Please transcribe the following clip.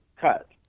cut